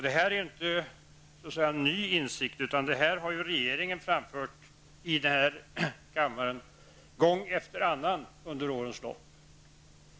Detta är inte en ny insikt, utan det är vad regeringen har framfört i denna kammare gång efter annan under årens lopp.